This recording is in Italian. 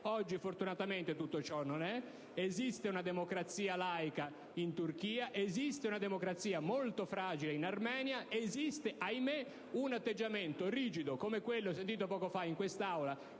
Oggi, fortunatamente, tutto ciò non è: esiste una democrazia laica in Turchia, esiste una democrazia, molto fragile, in Armenia, esiste - ahimè - un atteggiamento rigido, come quello cui abbiamo assistito poco fa in quest'Aula,